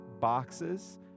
boxes